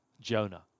Jonah